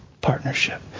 partnership